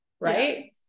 right